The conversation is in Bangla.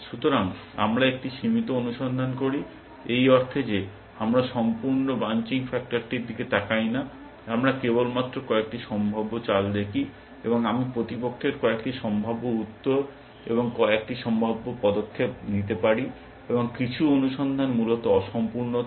সুতরাং আমরা একটি সীমিত অনুসন্ধান করি এই অর্থে যে আমরা সম্পূর্ণ ব্রাঞ্চিং ফ্যাক্টরটির দিকে তাকাই না আমরা কেবলমাত্র কয়েকটি সম্ভাব্য চাল দেখি এবং আমি প্রতিপক্ষের কয়েকটি সম্ভাব্য উত্তর এবং কয়েকটি সম্ভাব্য পদক্ষেপ নিতে পারি এবং কিছু অনুসন্ধান মূলত অসম্পূর্ণ থাকে